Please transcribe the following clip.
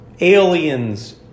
Aliens